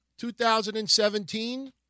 2017